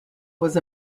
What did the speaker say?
was